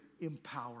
empower